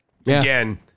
Again